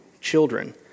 children